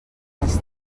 les